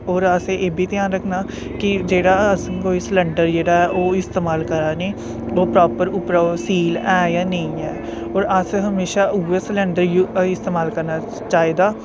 और असें एह्बी ध्यान रक्खना कि जेह्ड़ा अस कोई सिलेंडर जेह्ड़ा ओह् इस्तेमाल करा ने ओह् प्रापर उप्परां ओह् सील ऐ जां नेई ऐ और अस्स हमेशा उयै सिलेंडर इस्तेमाल करना चाहिदा